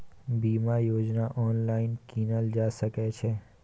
बीमा योजना ऑनलाइन कीनल जा सकै छै?